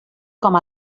com